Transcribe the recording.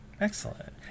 Excellent